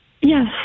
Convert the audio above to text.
Yes